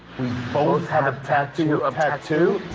we both have a tattoo of tattoo?